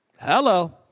Hello